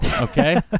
Okay